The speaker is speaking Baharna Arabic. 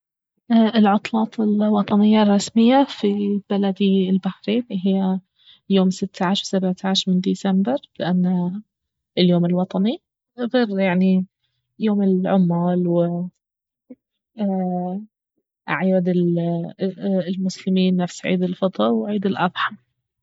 العطلات الوطنية الرسمية في بلدي البحرين اهي يوم ستة عشر وسبعة عشر من ديسمبر لانه اليوم الوطني غير يعني يوم العمال و أعياد المسلمين نفس عيد الفطر وعيد الأضحى